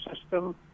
system